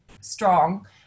strong